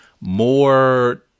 more